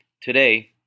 Today